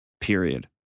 Period